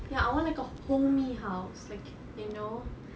ya I want like a homey house like you know